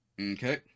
Okay